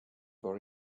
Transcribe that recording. for